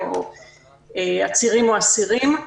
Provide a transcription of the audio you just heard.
עצירים או אסירים.